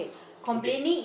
okay